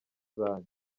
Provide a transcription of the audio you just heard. zabo